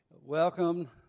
Welcome